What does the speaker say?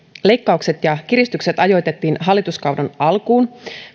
leikkaukset ja kiristykset ajoitettiin hallituskauden alkuun